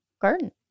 garden